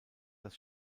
das